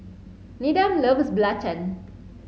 Needham loves Belacan